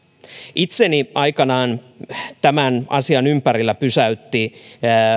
itseni aikanaan tämän asian ympärillä pysäytti